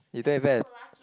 you don't even have